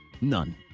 None